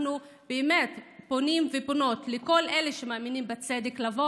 אנחנו באמת פונים ופונות לכל אלה שמאמינים בצדק לבוא